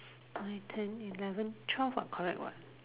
nine ten eleven twelve what correct what